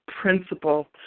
principal